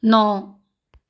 ਨੌ